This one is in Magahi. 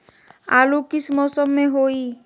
आलू किस मौसम में होई?